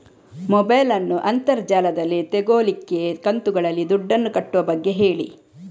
mobile ನ್ನು ಅಂತರ್ ಜಾಲದಲ್ಲಿ ತೆಗೋಲಿಕ್ಕೆ ಕಂತುಗಳಲ್ಲಿ ದುಡ್ಡನ್ನು ಕಟ್ಟುವ ಬಗ್ಗೆ ಹೇಳಿ